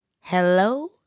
hello